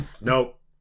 nope